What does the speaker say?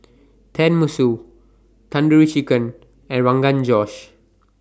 Tenmusu Tandoori Chicken and Rogan Josh